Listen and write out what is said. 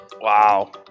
wow